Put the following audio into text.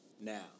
now